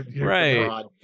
right